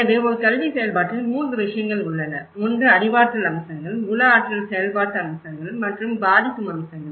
எனவே ஒரு கல்வி செயல்பாட்டில் 3 விஷயங்கள் உள்ளன ஒன்று அறிவாற்றல் அம்சங்கள் உள ஆற்றல் செயல்பாட்டு அம்சங்கள் மற்றும் பாதிக்கும் அம்சங்கள்